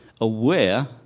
aware